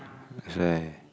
that's why